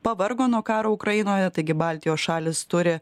pavargo nuo karo ukrainoje taigi baltijos šalys turi